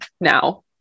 now